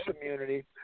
immunity